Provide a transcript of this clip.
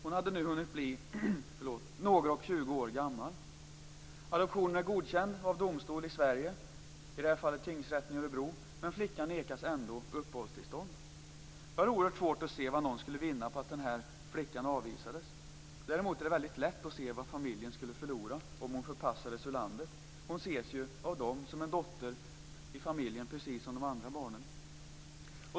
Hon hade nu hunnit bli några och tjugo år gammal. Adoptionen är godkänd av domstol i Sverige, i det här fallet tingsrätten i Örebro, men flickan nekas ändå uppehållstillstånd. Jag har oerhört svårt att se vad någon skulle vinna på att den här flickan avvisades. Däremot är det mycket lätt att se vad familjen skulle förlora om hon förpassades ur landet. Hon ses ju av dem som en dotter i familjen, precis som de andra barnen.